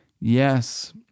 Yes